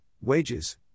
wages